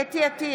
חוה אתי עטייה,